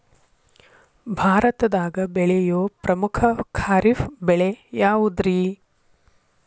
ಭಾರತದಾಗ ಬೆಳೆಯೋ ಪ್ರಮುಖ ಖಾರಿಫ್ ಬೆಳೆ ಯಾವುದ್ರೇ?